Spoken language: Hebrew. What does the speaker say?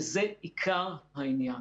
וזה עיקר העניין.